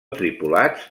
tripulats